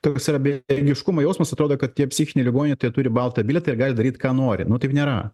toks yra bejėgiškumo jausmas atrodo kad tie psichiniai ligoniai tai jie turi baltą bilietą ir gali daryt ką nori nu taip nėra